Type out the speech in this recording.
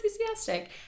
enthusiastic